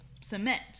cement